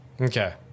Okay